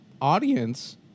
audience